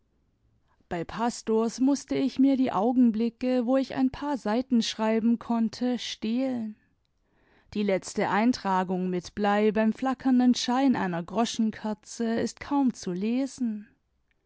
bei pastors mußte ich mir die augenblicke wo ich ein paar seiten schreiben konnte stehlen die letzte eintragung nüt blei beim flackernden schein einer groschenkerze ist kaum zu lesen